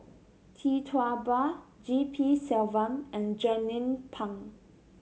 Tee Tua Ba G P Selvam and Jernnine Pang